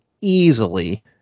easily